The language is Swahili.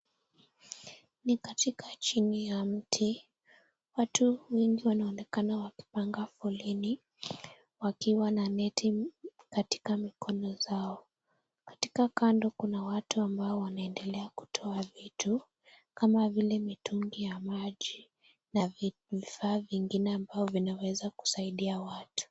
Ni katika chini ya mti watu wengi wanaonekana wakipanga foleni wakiwa na neti katika mikono zao. Katika kando kuna watu wanaendelea kutoa vitu kama vile mitungi ya maji na vifaa vingine ambavyo vinaweza kusaidia watu.